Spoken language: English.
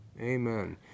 Amen